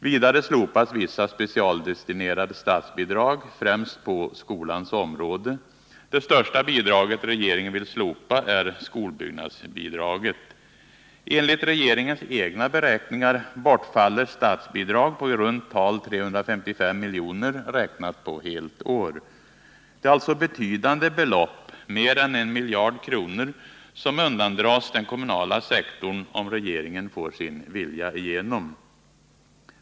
Vidare slopas vissa specialdestinerade statsbidrag, främst på skolans område. Det största bidraget som regeringen vill slopa är skolbyggnadsbidraget. Enligt regeringens egna beräkningar bortfaller statsbidrag på i runt tal 355 miljoner, räknat på helt år. Det är alltså betydande belopp — mer än 1 miljard kronor — som undandras den kommunala sektorn, om regeringen får sin vilja igenom.